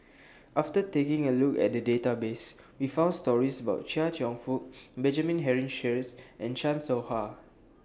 after taking A Look At The Database We found stories about Chia Cheong Fook Benjamin Henry Sheares and Chan Soh Ha